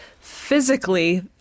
physically